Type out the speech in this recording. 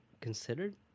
considered